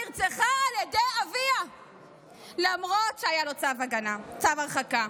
נרצחה למרות שהיה צו הרחקה,